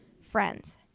friends